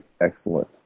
excellent